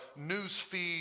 newsfeed